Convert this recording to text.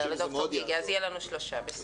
אני חושב שזה מאוד יעזור.